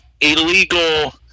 illegal